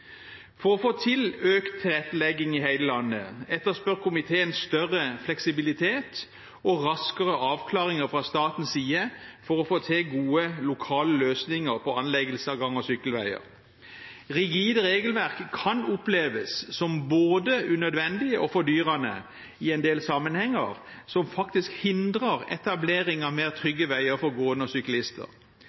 For å få til økt tilrettelegging i hele landet etterspør komiteen større fleksibilitet og raskere avklaringer fra statens side for å få til gode lokale løsninger på anleggelse av gang- og sykkelveier. Rigid regelverk kan føre til både unødvendige og fordyrende løsninger i en del sammenhenger, som faktisk hindrer etablering av tryggere veier for gående